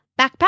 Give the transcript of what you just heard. backpack